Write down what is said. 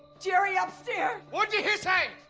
jerry, upstairs. what did he say?